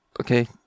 okay